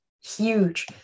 Huge